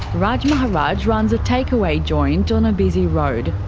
raj maharaj runs a takeaway joint on a busy road.